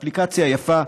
אפליקציה יפה.